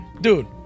Dude